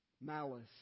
malice